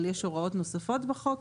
אבל יש הוראות נוספות בחוק,